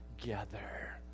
together